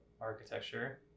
architecture